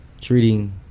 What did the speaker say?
treating